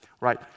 right